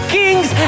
kings